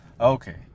okay